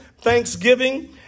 Thanksgiving